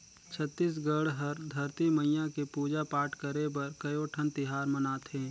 छत्तीसगढ़ हर धरती मईया के पूजा पाठ करे बर कयोठन तिहार मनाथे